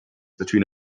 between